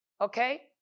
okay